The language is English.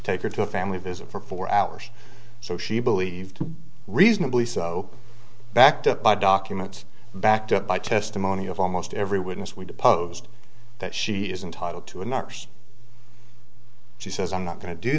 take her to a family visit for four hours so she believed reasonably so backed up by documents backed up by testimony of almost every witness we deposed that she is entitle to a marsh she says i'm not going to do